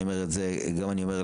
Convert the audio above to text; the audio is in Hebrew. ואני אומר את זה גם ליריב,